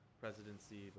presidency